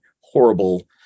horrible